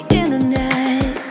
internet